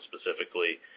specifically